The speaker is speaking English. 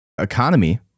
economy